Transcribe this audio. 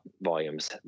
volumes